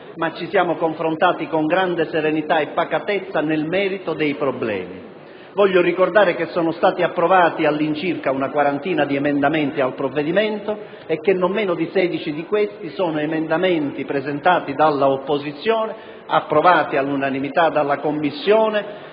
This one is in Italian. ma ci siamo confrontati con grande serenità e pacatezza nel merito dei problemi. Voglio ricordare che sono stati approvati circa una quarantina di emendamenti al provvedimento e che non meno di 16 di questi sono stati presentati dall'opposizione ed approvati all'unanimità dalla Commissione